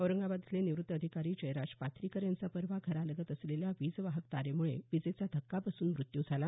औरंगाबाद इथले निवृत्त अधिकारी जयराज पाथ्रीकर यांचा परवा घरालगत असलेल्या वीज वाहक तारेमुळे विजेचा धक्का बसून मृत्यू झाला